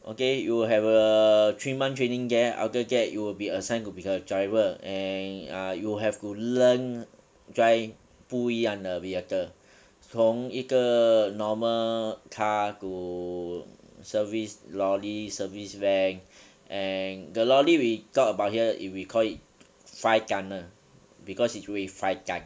okay you will have a three month training there after that you will be assigned to be a driver and err you have to learn drive 不一样的 vehicle 从一个 normal car to service lorry service van and the lorry we talk about here is we call it five tunnel because it weigh five time